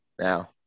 now